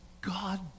God